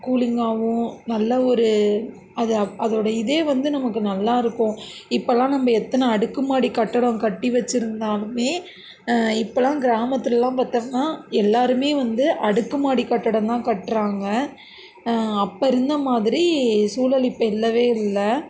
கூலிங்காகவும் நல்ல ஒரு அது அதோட இது வந்து நமக்கு நல்லா இருக்கும் இப்போலாம் நம்ம எத்தனை அடுக்கு மாடி கட்டடம் கட்டி வைச்சிருந்தாலுமே இப்போதுலாம் கிராமத்துலலாம் பார்த்தோம்ன்னா எல்லோருமே வந்து அடுக்கு மாடி கட்டடம் தான் காட்டுறாங்க அப்போ இருந்த மாதிரி சூழல் இப்போ இல்லவே இல்லை